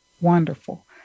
Wonderful